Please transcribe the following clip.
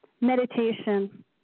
Meditation